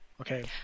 Okay